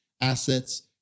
assets